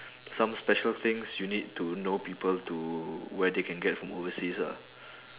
some special things you need to know people to where they can get from overseas ah